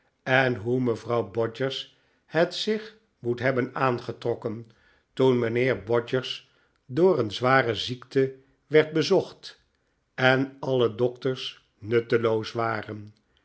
en hoe mevrouw bodgers het zich moet hebben aangetrokken toen mijnheer bodgers door een zware ziekte werd bezocht en alle dokters nutteloos waren